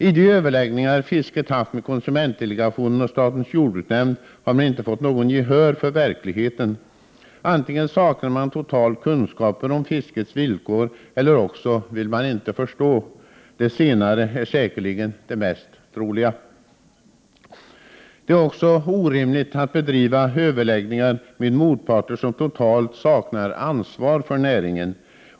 I de överläggningar fisket haft med konsumentdelegationen och statens jordbruksnämnd, har man inte fått något gehör för verkligheten. Antingen saknar man totalt kunskaper om fiskets villkor eller också vill man inte förstå. Det senare är säkerligen det mest troliga. Det är också orimligt att bedriva överläggningar med motparter som totalt saknar ansvar för näringen.